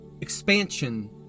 expansion